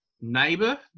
neighbor